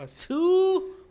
two